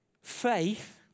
faith